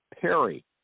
Perry